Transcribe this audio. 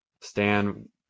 Stan